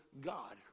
God